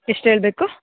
ಎಷ್ಟು ಹೇಳ್ಬೇಕು